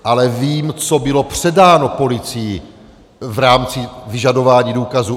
Ale vím, co bylo předáno policii v rámci vyžadování důkazů.